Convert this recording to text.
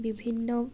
বিভিন্ন